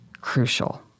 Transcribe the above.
crucial